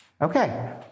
Okay